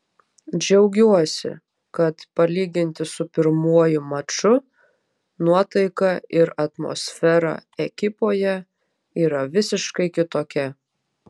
džiaugiuosi kad palyginti su pirmuoju maču nuotaika ir atmosfera ekipoje yra visiškai kitokia